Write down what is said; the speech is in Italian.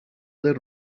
del